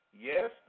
Yes